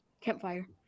campfire